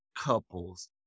couples